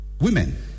women